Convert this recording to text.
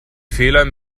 fehler